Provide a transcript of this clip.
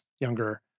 younger